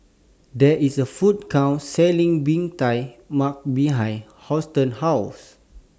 There IS A Food Court Selling Bee Tai Mak behind Houston's House